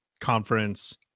conference